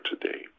today